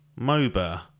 moba